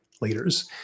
leaders